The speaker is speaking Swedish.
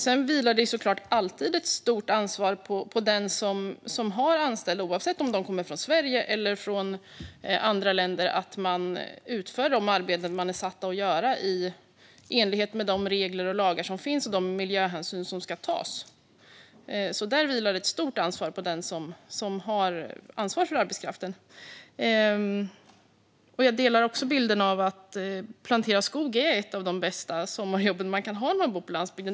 Sedan vilar det såklart alltid ett stort ansvar på den som har anställda, oavsett om de kommer från Sverige eller från andra länder, att se till att de utför de arbeten de är satta att göra i enlighet med de regler och lagar som finns och de miljöhänsyn som ska tas. Där vilar alltså ett stort ansvar på den som ansvarar för arbetskraften. Jag delar bilden av att skogsplantering är ett av de bästa sommarjobb man kan ha om man bor på landsbygden.